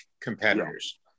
competitors